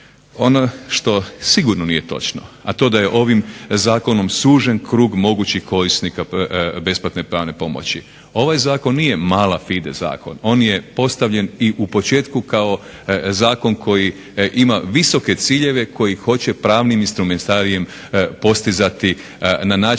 Ono što sigurno nije točno, a to je da je ovim zakonom sužen krug mogućih korisnika besplatne pravne pomoći. Ovaj zakon nije …/Ne razumije se./… zakon, on je postavljen i u početku kao zakon koji ima visoke ciljeve koji hoće pravnim instrumentarijem postizati na način